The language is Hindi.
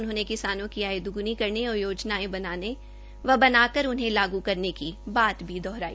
उन्होंने किसानों की आय द्गनी करने और योजनायें बनाने व बनाकर उन्हें लागू करने की बात भी दोहराई